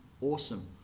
awesome